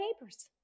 neighbors